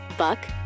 Buck